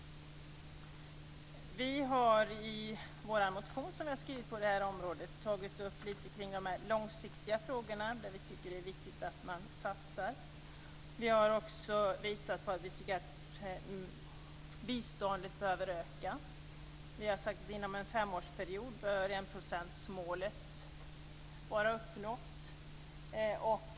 Vi har i vår motion som vi skrivit på detta området tagit upp de långsiktiga frågor som vi tycker att det är viktigt att satsa på. Vi har också visat att vi tycker att biståndet behöver öka. Vi har sagt att enprocentsmålet behöver vara uppnått inom en femårsperiod.